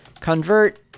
convert